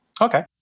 Okay